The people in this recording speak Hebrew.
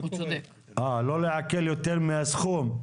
לא לעקל יותר מהסכום.